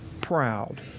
proud